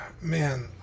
man